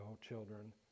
children